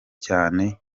cyane